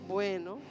Bueno